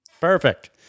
Perfect